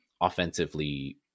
offensively